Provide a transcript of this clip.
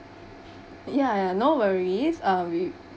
ya no worries uh we